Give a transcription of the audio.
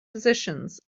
positions